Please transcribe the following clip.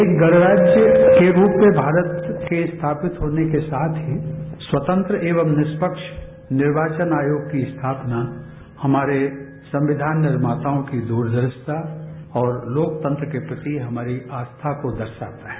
एक गणराज्य के रूप में भारत के स्थापित होने के साथ ही स्वतंत्र एवं निष्पक्ष निर्वाचन आयोग की स्थापना हमारे संविधान निर्मातायों की दूरदर्शिता और लोकतंत्र के प्रति हमारी आस्था को दर्शाता है